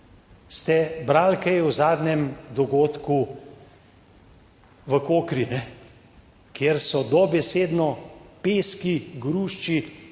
Ste brali kaj v zadnjem dogodku v Kokri, kjer so dobesedno peski, grušči,